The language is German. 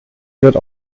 wird